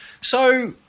So-